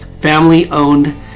Family-owned